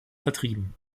vertrieben